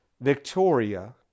Victoria